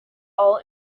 all